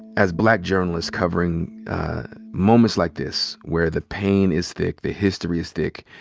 as black journalists covering moments like this where the pain is thick, the history is thick,